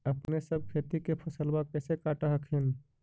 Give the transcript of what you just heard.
अपने सब खेती के फसलबा कैसे काट हखिन?